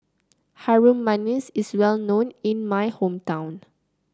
Harum Manis is well known in my hometown